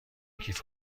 کیف